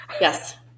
yes